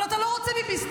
אבל אתה לא רוצה ביביסטים,